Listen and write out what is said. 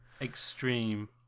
Extreme